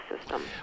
system